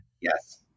yes